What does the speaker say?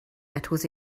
metals